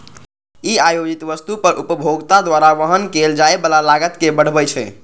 ई आयातित वस्तु पर उपभोक्ता द्वारा वहन कैल जाइ बला लागत कें बढ़बै छै